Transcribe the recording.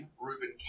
Ruben